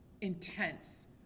intense